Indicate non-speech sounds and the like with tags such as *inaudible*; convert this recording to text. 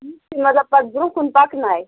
*unintelligible* پَتہ برٛونٛہہ کُن پَکنایہِ